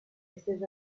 estese